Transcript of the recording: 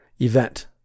event